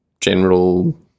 general